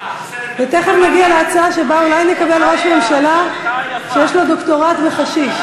ותכף נגיע להצעה שבה אולי נקבל ראש ממשלה שיש לו דוקטורט על חשיש.